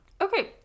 okay